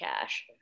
cash